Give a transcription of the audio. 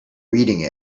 reading